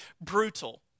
brutal